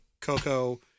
Coco